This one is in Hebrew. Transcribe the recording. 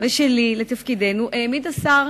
וכניסתי שלי לתפקידנו העמיד השר